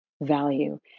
value